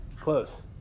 Close